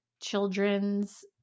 children's